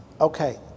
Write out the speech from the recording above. Okay